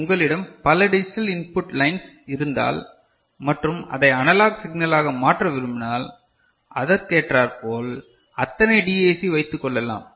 இப்போது உங்களிடம் பல டிஜிட்டல் இன்புட் லைன்ஸ் இருந்தாள் மற்றும் அதை அனலாக் சிக்னலாக மாற்ற விரும்பினால் அதற்கேற்றார் போல் அத்தனை டிஏசி வைத்துக் கொள்ளலாம்